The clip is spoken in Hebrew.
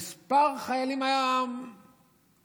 מספר חיילים היה קריטי.